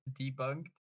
debunked